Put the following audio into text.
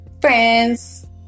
Friends